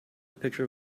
picture